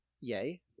Yay